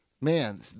Man